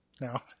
No